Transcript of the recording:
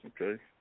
okay